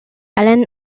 allen